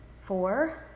Four